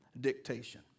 dictation